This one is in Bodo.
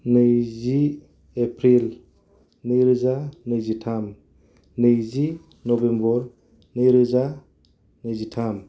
नैजि एप्रिल नैरोजा नैजिथाम नैजि नभेम्बर नैरोजा नैजिथाम